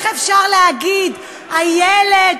הם טרוריסטים יהודים, רויטל,